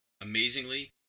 amazingly